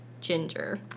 Ginger